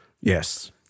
Yes